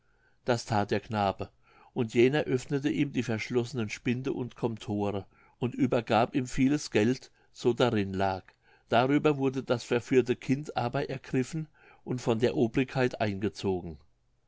das that der knabe und jener öffnete ihm die verschlossenen spinde und comtore und übergab ihm vieles geld so darin lag darüber wurde das verführte kind aber ergriffen und von der obrigkeit eingezogen